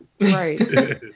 Right